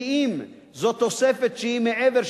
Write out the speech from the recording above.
כי אם זאת תוספת שהיא מעבר,